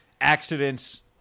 accidents